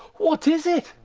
what is it?